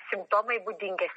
simptomai būdingi